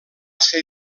ser